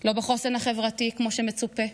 לא בחוסן החברתי, כמו שמצופה.